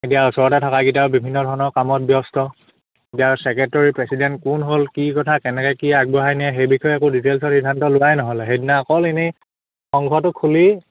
এতিয়া ওচৰতে থকাকেইটাও বিভিন্ন ধৰণৰ কামত ব্যস্ত এতিয়া চেক্ৰেটেৰী প্ৰেচিডেণ্ট কোন হ'ল কি কথা কেনেকৈ কি আগবঢ়াই নিয়ে সেই বিষয়ে একো ডিটেইলছত সিদ্ধান্ত ওলাই নহ'লে সেইদিনা অকল এনেই সংঘটো খুলি